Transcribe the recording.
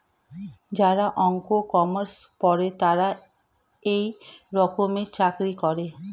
যারা অঙ্ক, কমার্স পরে তারা এই রকমের চাকরি করে